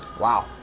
Wow